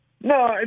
No